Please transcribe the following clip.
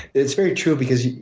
it's very true because